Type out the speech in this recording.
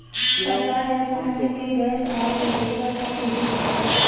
सरकार जरुरतमंद के गैस आउर बिजली पर सब्सिडी देवला